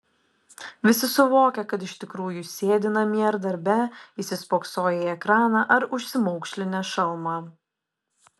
visi suvokia kad iš tikrųjų sėdi namie ar darbe įsispoksoję į ekraną ar užsimaukšlinę šalmą